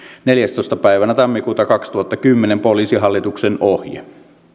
neljäntenätoista päivänä tammikuuta kaksituhattakymmenen poliisihallituksen ohje